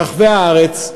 ברחבי הארץ,